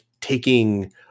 taking